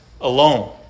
alone